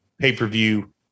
pay-per-view